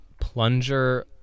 plunger